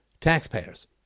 taxpayers